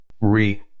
re